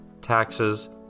taxes